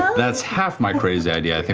that's half my crazy idea.